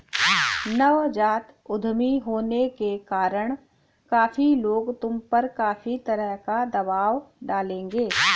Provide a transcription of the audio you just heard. नवजात उद्यमी होने के कारण काफी लोग तुम पर काफी तरह का दबाव डालेंगे